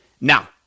Now